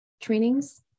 trainings